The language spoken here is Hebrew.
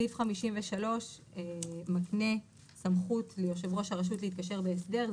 סעיף 53 מקנה סמכות ליושב ראש הרשות להתקשר בהסדר.